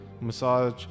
Massage